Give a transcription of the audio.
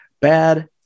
bad